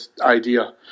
idea